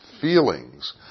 feelings